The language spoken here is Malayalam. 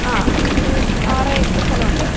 ആ എനിക്കൊരു ആറേക്കർ സ്ഥലമുണ്ട്